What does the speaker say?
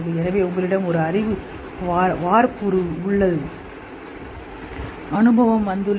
எனவே உங்களிடம் ஒரு அறிவு வார்ப்புரு உள்ளது அனுபவம் வந்துள்ளது